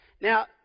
Now